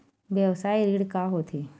व्यवसाय ऋण का होथे?